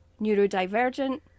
neurodivergent